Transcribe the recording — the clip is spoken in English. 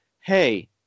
hey